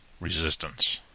resistance